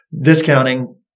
discounting